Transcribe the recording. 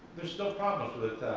there's still problems with